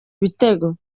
ibitego